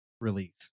release